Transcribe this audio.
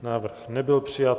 Návrh nebyl přijat.